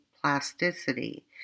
plasticity